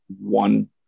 one